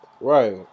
Right